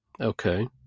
Okay